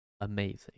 amazing